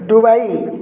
Dubai